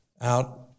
out